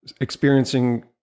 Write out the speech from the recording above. experiencing